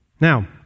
Now